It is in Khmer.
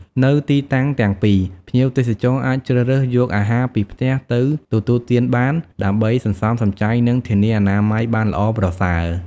នៅទីតាំងទាំងពីរ ភ្ញៀវទេសចរអាចជ្រើសរើសយកអាហារពីផ្ទះទៅទទួលទានបាន ដើម្បីសន្សំសំចៃនិងធានាអនាម័យបានល្អប្រសើរ។